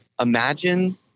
imagine